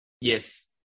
Yes